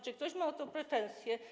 Czy ktoś ma o to pretensje?